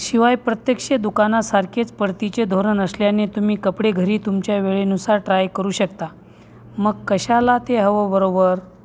शिवाय प्रत्यक्ष दुकानासारखेच परतीचे धोरण असल्याने तुम्ही कपडे घरी तुमच्या वेळेनुसार ट्राय करू शकता मग कशाला ते हवं बरोबर